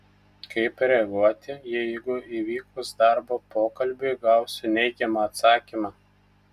kaip reaguoti jeigu įvykus darbo pokalbiui gausiu neigiamą atsakymą